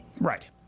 right